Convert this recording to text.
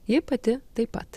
ji pati taip pat